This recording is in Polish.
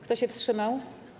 Kto się wstrzymał?